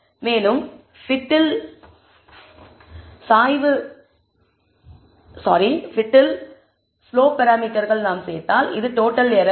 மேலும் fit இல் slope பராமீட்டர்கள் நாம் சேர்த்தால் இது டோட்டல் எரர் ஆகும்